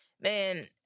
man